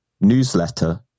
newsletter